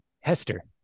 Hester